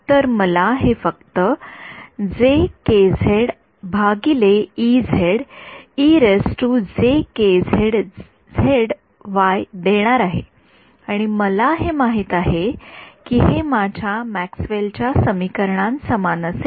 तर हे मला फक्त देणार आहे आणि मला हे माहित आहे की हे माझ्या मॅक्सवेल च्या समीकरणां समान असेल